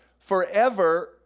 forever